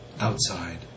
Outside